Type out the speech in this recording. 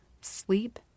sleep